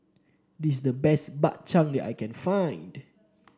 this is the best Bak Chang that I can find